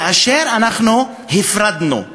כאשר הפרדנו,